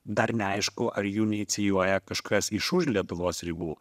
dar neaišku ar jų neinicijuoja kažkas iš už lietuvos ribų